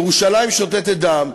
ירושלים שותתת דם,